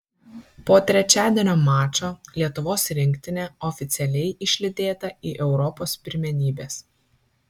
po trečiadienio mačo lietuvos rinktinė oficialiai išlydėta į europos pirmenybes